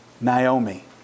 Naomi